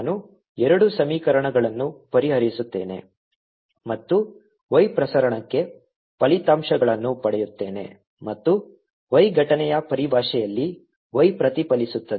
ನಾನು ಎರಡು ಸಮೀಕರಣಗಳನ್ನು ಪರಿಹರಿಸುತ್ತೇನೆ ಮತ್ತು y ಪ್ರಸರಣಕ್ಕೆ ಫಲಿತಾಂಶಗಳನ್ನು ಪಡೆಯುತ್ತೇನೆ ಮತ್ತು y ಘಟನೆಯ ಪರಿಭಾಷೆಯಲ್ಲಿ y ಪ್ರತಿಫಲಿಸುತ್ತದೆ